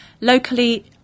locally